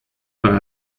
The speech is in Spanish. para